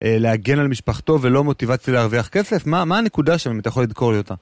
להגן על משפחתו ולא מוטיבציה להרוויח כסף, מה הנקודה שם אם אתה יכול לדקור לי אותה?